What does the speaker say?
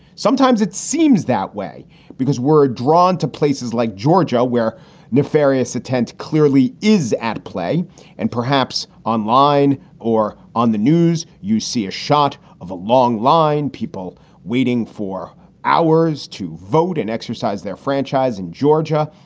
sometimes it seems that way because we're drawn to places like georgia, where nefarious intent clearly is at play and perhaps online or on the news, you see a shot of a long line, people waiting for hours to vote and exercise their franchise in georgia.